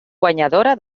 guanyadora